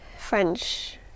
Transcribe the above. French